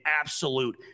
absolute